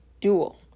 dual